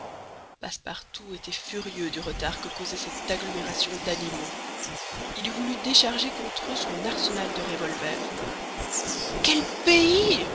passepartout était furieux du retard que causait cette agglomération d'animaux il eût voulu décharger contre eux son arsenal de revolvers quel pays